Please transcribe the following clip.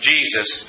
Jesus